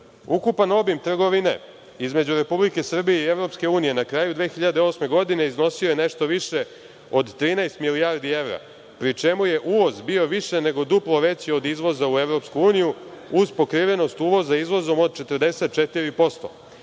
Ukupan obim trgovine između Republike Srbije i Evropske unije na kraju 2008. godine iznosio je nešto više od 13 milijardi evra, pri čemu je uvoz bio više nego duplo veći od izvoza u Evropsku uniju, uz pokrivenost uvoza izvozom od 44%.